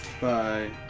Bye